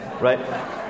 right